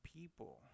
people